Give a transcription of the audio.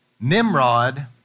Nimrod